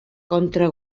contra